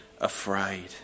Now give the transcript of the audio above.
afraid